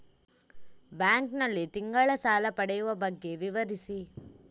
Bank ನಲ್ಲಿ ತಿಂಗಳ ಸಾಲ ಪಡೆಯುವ ಬಗ್ಗೆ ವಿವರಿಸಿ?